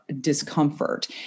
Discomfort